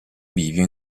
bivio